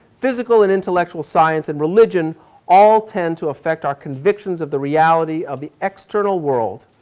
physical and intellectual science and religion all tend to affect our convictions of the reality of the external world.